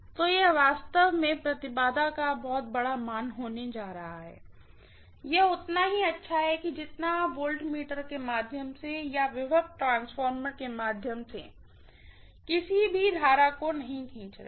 तो यह वास्तव में वास्तव में इम्पीडेन्स का बड़ा मान होने जा रहा है यह उतना ही अच्छा है जितना कि आप वोल्टमीटर के माध्यम से या वोल्टेज ट्रांसफार्मर के माध्यम से किसी भी किसी भी करंट को नहीं खींच रहे हैं